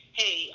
hey